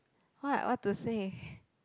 what what to say